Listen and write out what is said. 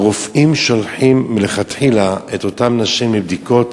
שהרופאים שולחים מלכתחילה את אותן נשים לבדיקות,